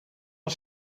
een